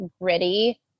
gritty